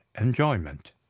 enjoyment